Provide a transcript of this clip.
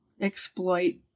exploit